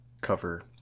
cover